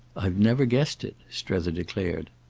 i've never guessed it, strether declared.